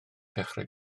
dechrau